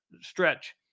stretch